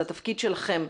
זה התפקיד שלכם,